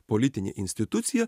politinė institucija